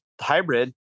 hybrid